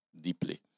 deeply